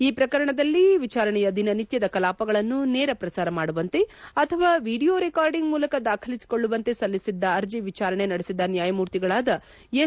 ಈ ಪ್ರಕರಣದಲ್ಲಿ ವಿಚಾರಣೆಯ ದಿನನಿತ್ಯದ ಕಲಾಪಗಳನ್ನು ನೇರ ಪ್ರಸಾರ ಮಾಡುವಂತೆ ಅಥವಾ ವಿಡಿಯೊ ರೆಕಾರ್ಡಿಂಗ್ ಮೂಲಕ ದಾಖಲಿಸಿಕೊಳ್ಳುವಂತೆ ಸಲ್ಲಿಸಿದ ಅರ್ಜಿ ವಿಚಾರಣೆ ನಡೆಸಿದ ನ್ಯಾಯಮೂರ್ತಿಗಳಾದ ಎಸ್